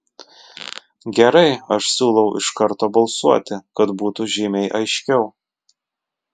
gerai aš siūlau iš karto balsuoti kad būtų žymiai aiškiau